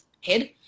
head